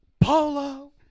Polo